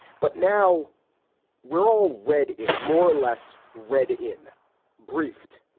but now we're all read in more or less read in briefed.